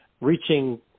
Reaching